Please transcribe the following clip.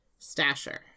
Stasher